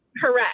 Correct